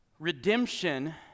Redemption